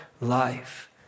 life